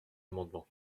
amendements